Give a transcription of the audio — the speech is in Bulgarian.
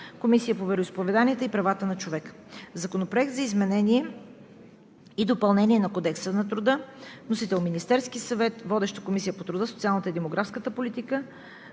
Комисията по вероизповеданията и правата на човека. Законопроект за изменение и допълнение на Кодекса на труда. Вносител е Министерският съвет. Водеща е Комисията по труда, социалната и демографската политика.